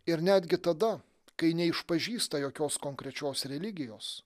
ir netgi tada kai neišpažįsta jokios konkrečios religijos